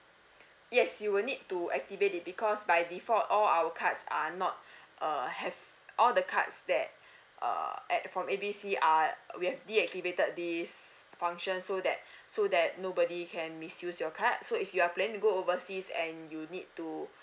yes you will need to activate it because by default all our cards are not err have all the cards that err at from A B C ah we have deactivated this function so that so that nobody can misuse your card so if you are planning to go overseas and you need to